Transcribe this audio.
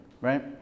Right